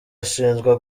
ushinjwa